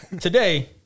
Today